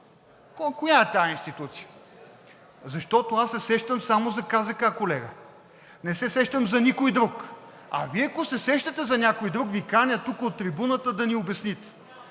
Коя е тази институция, защото аз се сещам само за КЗК, колега? Не се сещам за никой друг, а Вие ако се сещате за някой друг, Ви каня, тук от трибуната, да ни обясните.